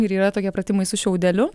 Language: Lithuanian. ir yra tokie pratimai su šiaudeliu